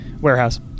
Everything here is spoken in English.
warehouse